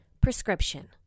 Prescription